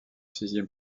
sixième